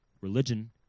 religion